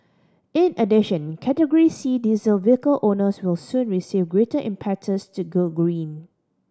in addition Category C diesel vehicle owners will soon receive greater impetus to go green